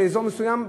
באזור מסוים,